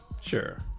Sure